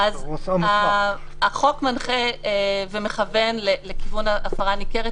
החוק מנחה ומכוון לכיוון הפרה ניכרת.